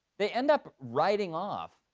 they end up writing off